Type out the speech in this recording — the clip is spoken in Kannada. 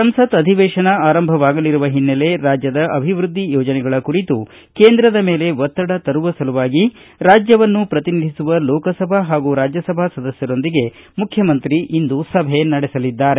ಸಂಸತ್ ಅಧಿವೇಶನ ಆರಂಭವಾಗಲಿರುವ ಹಿನ್ನೆಲೆ ರಾಜ್ಯದ ಅಭಿವೃದ್ದಿ ಯೋಜನೆಗಳ ಕುರಿತು ಕೇಂದ್ರದ ಮೇಲೆ ಒತ್ತಡ ತರುವ ಸಲುವಾಗಿ ರಾಜ್ಯವನ್ನು ಪ್ರತಿನಿಧಿಸುವ ಲೋಕಸಭಾ ಹಾಗೂ ರಾಜ್ಯಸಭಾ ಸದಸ್ಯರೊಂದಿಗೆ ಮುಖ್ಯಮಂತ್ರಿ ಸಭೆ ನಡೆಸಲಿದ್ದಾರೆ